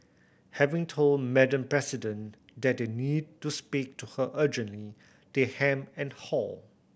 having told Madam President that they need to speak to her urgently they hem and haw